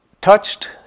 touched